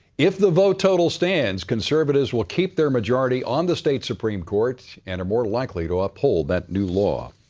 if the vote total stands, conservatives will keep their majority on the state supreme court and are more likely to uphold that new law.